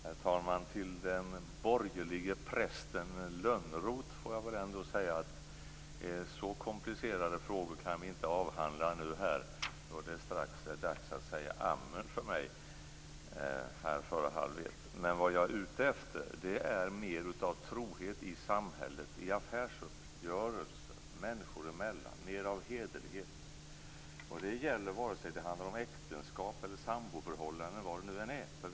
Herr talman! Till den borgerlige prästen Lönnroth vill jag ändå säga: Så komplicerade frågor kan vi inte avhandla nu här, eftersom det strax är dags för mig att säga amen. Vad jag är ute efter är mer av trohet och hederlighet i samhället, i affärsuppgörelser och människor emellan. Det gäller vare sig det handlar om äktenskap, samboförhållanden och vad det nu än är fråga om.